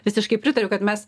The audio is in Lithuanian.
visiškai pritariu kad mes